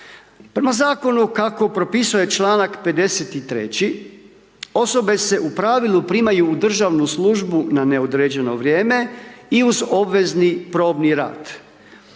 Prema zakonu kako propisuje članak 53., osobe se u pravilu primaju u državnu službu na neodređeno vrijeme i uz obvezni probni rad.